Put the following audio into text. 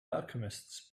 alchemists